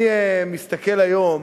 אני מסתכל היום